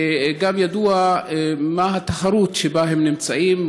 וגם ידוע מהי התחרות שבה הם נמצאים,